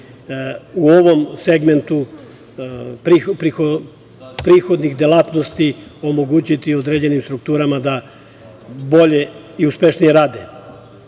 u ovom segmentu prihodnih delatnosti omogućiti određenim strukturama da bolje i uspešnije rade.